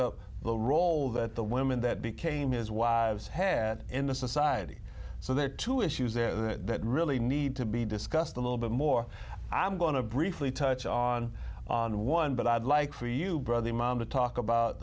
up the role that the women that became his wives had in the society so there are two issues that really need to be discussed a little bit more i'm going to briefly touch on on one but i'd like for you brother mom to talk about